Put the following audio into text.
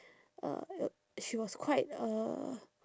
uh she was quite uh